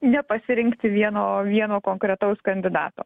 nepasirinkti vieno vieno konkretaus kandidato